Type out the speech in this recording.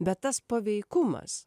bet tas paveikumas